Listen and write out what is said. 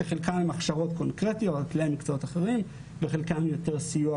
שחלקם הם הכשרות קונקרטיות למקצועות אחרים וחלקם סיוע,